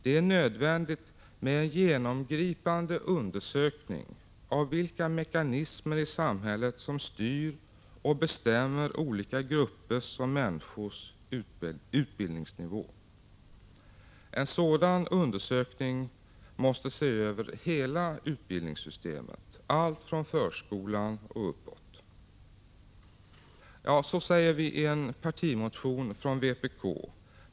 Det är nödvändigt med en genomgripande undersökning av vilka mekanismer i samhället som styr och bestämmer olika gruppers och människors utbildningsnivå. Vid en sådan undersökning måste man se över hela utbildningssystemet, från förskolan och uppåt. Detta framförs i en partimotion från vpk.